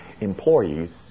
employees